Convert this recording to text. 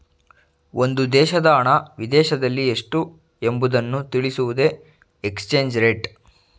ಒಂದು ದೇಶದ ಹಣ ವಿದೇಶದಲ್ಲಿ ಎಷ್ಟು ಎಂಬುವುದನ್ನು ತಿಳಿಸುವುದೇ ಎಕ್ಸ್ಚೇಂಜ್ ರೇಟ್